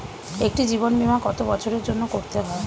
একটি জীবন বীমা কত বছরের জন্য করতে হয়?